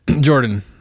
Jordan